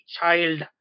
child